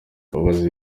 mbabazi